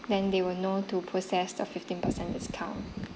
then they will know to process the fifteen percent discount